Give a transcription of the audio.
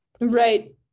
Right